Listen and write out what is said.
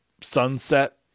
sunset